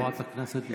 חברת הכנסת דיסטל.